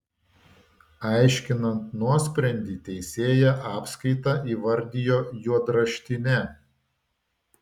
aiškinant nuosprendį teisėja apskaitą įvardijo juodraštine